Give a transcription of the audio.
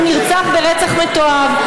הוא נרצח ברצח מתועב,